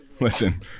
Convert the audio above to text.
Listen